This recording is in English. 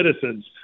citizens